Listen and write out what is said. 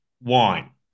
wine